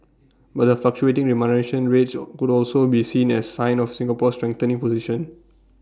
but the fluctuating remuneration rates could also be seen as A sign of Singapore's strengthening position